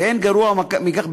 אין גרוע מכך,